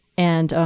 and